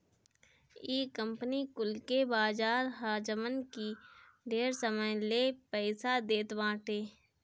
इ कंपनी कुल के बाजार ह जवन की ढेर समय ले पईसा देत बाटे